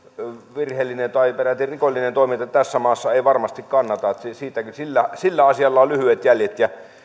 virheellinen tai peräti rikollinen toiminta tässä maassa ei varmasti kannata eli sillä asialla on lyhyet jäljet